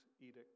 edict